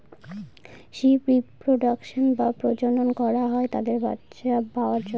sheep reproduction বা প্রজনন করা হয় তাদের বাচ্চা পাওয়ার জন্য